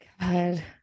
god